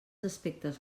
aspectes